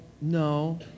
No